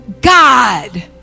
God